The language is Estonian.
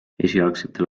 esialgsetel